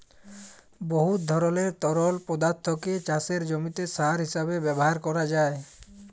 বহুত ধরলের তরল পদাথ্থকে চাষের জমিতে সার হিঁসাবে ব্যাভার ক্যরা যায়